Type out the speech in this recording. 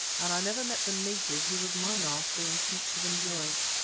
and i never met the native who was my master in feats of endurance.